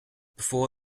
before